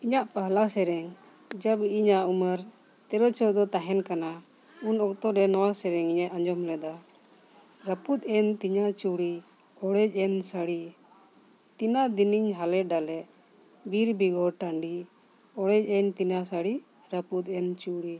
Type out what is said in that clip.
ᱤᱧᱟᱹᱜ ᱯᱮᱦᱞᱟ ᱥᱮᱨᱮᱧ ᱡᱟᱵ ᱤᱧᱟᱹᱜ ᱩᱢᱮᱨ ᱛᱮᱨᱚᱼᱪᱳᱣᱫᱚ ᱛᱟᱦᱮᱱ ᱠᱟᱱᱟ ᱩᱱ ᱚᱠᱛᱚ ᱨᱮ ᱱᱚᱣᱟ ᱥᱮᱨᱮᱧ ᱤᱧ ᱟᱸᱡᱚᱢ ᱞᱮᱫᱟ ᱨᱟᱹᱯᱩᱫ ᱮᱱ ᱛᱤᱧᱟᱹ ᱪᱩᱲᱤ ᱚᱲᱮᱡ ᱮᱱ ᱥᱟᱲᱤ ᱛᱤᱱᱟᱹᱜ ᱫᱤᱱᱤᱧ ᱦᱟᱞᱮ ᱰᱟᱞᱮᱫ ᱵᱤᱨ ᱵᱮᱜᱚᱨ ᱴᱟᱺᱰᱤ ᱚᱲᱮᱡ ᱮᱱ ᱛᱤᱧᱟᱹ ᱥᱟᱲᱤ ᱨᱟᱹᱯᱩᱫ ᱮᱱ ᱪᱩᱲᱤ